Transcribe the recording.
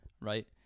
right